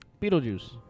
Beetlejuice